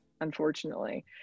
unfortunately